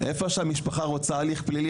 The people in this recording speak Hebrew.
איפה שהמשפחה רוצה הליך פלילי,